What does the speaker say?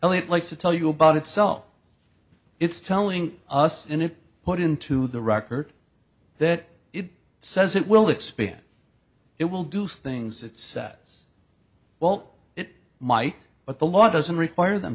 only place to tell you about itself it's telling us in it put into the record that it says it will expand it will do things it says well it might but the law doesn't require them